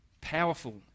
powerful